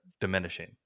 diminishing